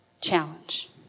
challenge